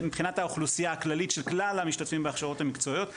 מבחינת האוכלוסייה הכללית של כלל המשתתפים בהכשרות המקצועיות,